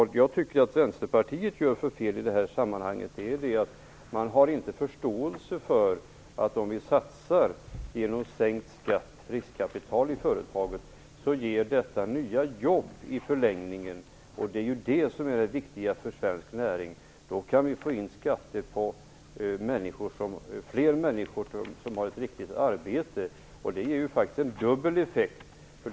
Det fel som Centerpartiet gör i det här sammanhanget är att man inte förstår att sänkt skatt på satsningar i form av riskkapital i företagen i förlängningen ger nya jobb. Det är det viktiga för svensk näring. Då kan vi få in skatter från fler människor som har ett riktigt arbete. Det ger faktiskt en dubbel effekt.